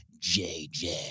JJ